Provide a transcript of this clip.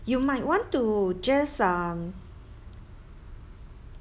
you might want to just um